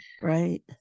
Right